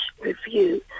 review